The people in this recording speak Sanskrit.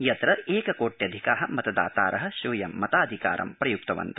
यत्र एककोट्यधिका मतदातार स्वीयं मताधिकारं प्रयुक्तवन्त